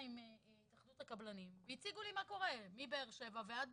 עם התאחדות הקבלנים והציגו לי מה קורה מבאר-שבע ועד בכלל.